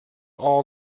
all